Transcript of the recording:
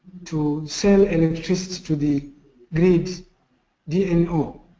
to sell electricity to the grid dno.